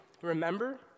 remember